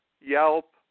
Yelp